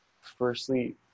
firstly